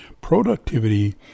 productivity